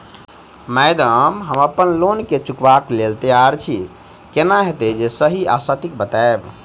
Madam हम अप्पन loan केँ चुकाबऽ लैल तैयार छी केना हएत जे सही आ सटिक बताइब?